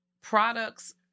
products